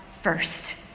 first